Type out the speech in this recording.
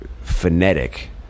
phonetic